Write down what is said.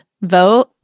vote